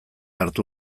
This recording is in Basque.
hartu